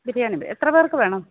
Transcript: ബിരിയാണി എത്ര പേർക്കു വേണം